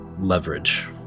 leverage